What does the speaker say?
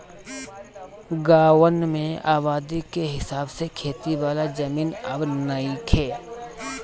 गांवन में आबादी के हिसाब से खेती वाला जमीन अब नइखे